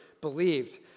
believed